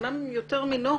אומנם יותר מינורית,